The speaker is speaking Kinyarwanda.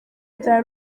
bya